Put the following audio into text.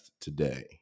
today